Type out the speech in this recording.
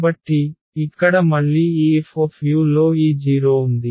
కాబట్టి ఇక్కడ మళ్ళీ ఈ Fuలో ఈ 0 ఉంది